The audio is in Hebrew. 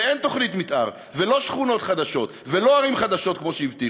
ואין תוכנית מתאר ולא שכונות חדשות ולא ערים חדשות כמו שהבטיחו,